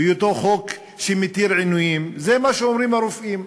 בהיותו חוק שמתיר עינויים, זה מה שאומרים הרופאים.